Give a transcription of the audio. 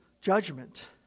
judgment